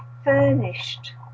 furnished